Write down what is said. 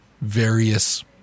various